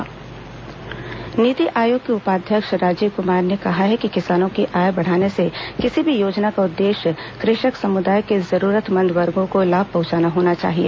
वर्षांत कार्यक्रम श्रंखला नीति आयोग के उपाध्यक्ष राजीव कुमार ने कहा है कि किसानों की आय बढ़ाने की किसी भी योजना का उद्देश्घ्य कृषक समुदाय के जरूरतमंद वर्गो को लाभ पहुंचाना होना चाहिए